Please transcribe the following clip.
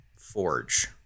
forge